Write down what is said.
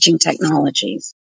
technologies